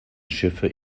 schiffe